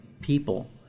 people